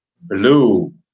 Blue